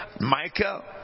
Michael